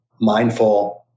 mindful